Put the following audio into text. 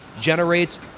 generates